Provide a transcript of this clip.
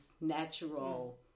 natural